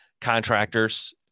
Contractors